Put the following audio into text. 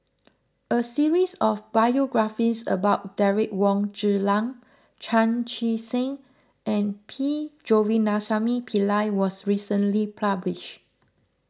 a series of biographies about Derek Wong Zi Liang Chan Chee Seng and P Govindasamy Pillai was recently published